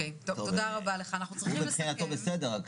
הוא מבחינתו בסדר.